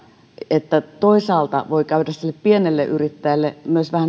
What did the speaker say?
että toisaalta voi käydä sille pienelle yrittäjälle myös